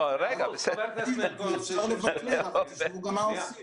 שלא לבקר רק, שתדעו גם מה עושים.